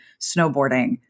snowboarding